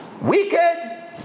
Wicked